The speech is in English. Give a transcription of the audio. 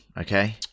okay